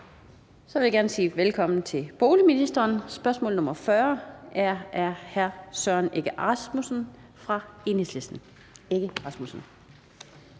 Så vil jeg gerne sige velkommen til boligministeren. Spørgsmål nr. 40 er stillet af hr. Søren Egge Rasmussen fra Enhedslisten. Kl. 16:52 Spm.